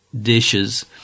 dishes